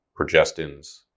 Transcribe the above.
progestins